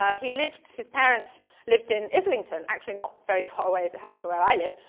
ah he lived, his parents lived in islington actually, not very far away as it happens from where i live.